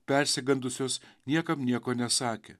persigandusios niekam nieko nesakė